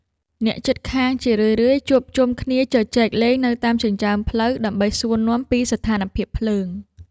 អ្នកជិតខាងជារឿយៗជួបជុំគ្នាជជែកលេងនៅតាមចិញ្ចើមផ្លូវ ដើម្បីសួរនាំពីស្ថានភាពភ្លើង។